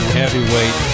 heavyweight